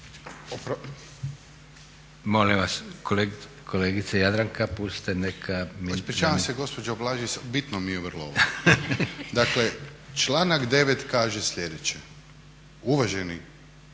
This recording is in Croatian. Molim vas kolegice Jadranka pustite neka./… Ispričavam se gospođo Blažević, bitno mi je vrlo ovo. Dakle, članak 9. kaže sljedeće uvaženi